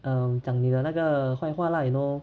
um 讲你那个坏话啦 you know